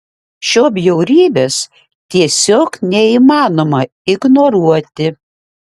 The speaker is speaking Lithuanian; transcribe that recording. šio bjaurybės tiesiog neįmanoma ignoruoti